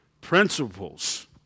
principles